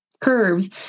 curves